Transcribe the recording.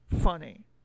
funny